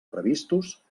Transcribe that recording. previstos